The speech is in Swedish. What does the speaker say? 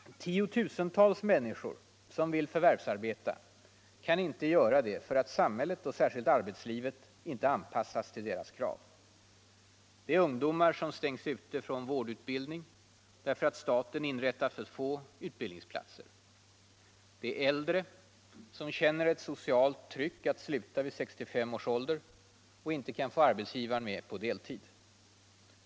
Tiotusentals människor som vill förvärvsarbeta kan inte göra det för att samhället och särskilt arbetslivet inte anpassats till deras krav. Det är ungdomar som stängs ute från vårdutbildning därför att staten inrättat för få utbildningsplatser. Det är äldre som känner ett socialt tryck att sluta vid 65 års ålder och inte kan få arbetsgivaren med på deltid.